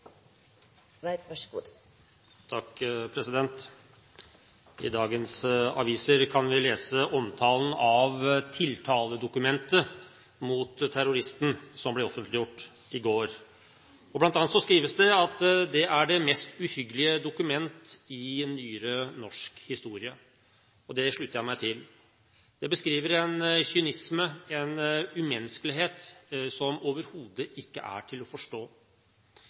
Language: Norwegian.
I dagens aviser kan vi lese omtalen av dokumentet om tiltalen mot terroristen, som ble offentliggjort i går. Blant annet skrives det at det er det mest uhyggelige dokument i nyere norsk historie. Det slutter jeg meg til. Det beskriver en kynisme, en umenneskelighet, som overhodet ikke er til å forstå.